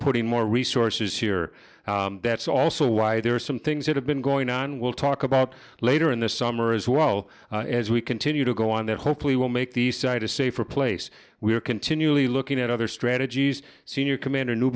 putting more resources here that's also why there are some things that have been going on we'll talk about later in the summer as well as we continue to go on that hopefully will make the site a safer place we are continually looking at other strategies senior commander ne